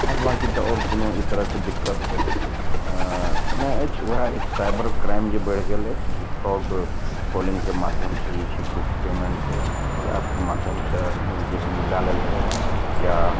बाद बाँकी तऽ आओर कोनो ई तरहके दिक्कत नहि अछि वहए एक साइबर क्राइम जे बैढ़ि गेल अछि कि फ्रॉड कॉलिंगके माध्यमसे जे छै किछु पेमेन्ट ओ एपके माध्यम सऽ लऽ लेने अछि या